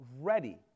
ready